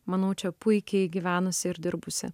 manau čia puikiai gyvenusi ir dirbusi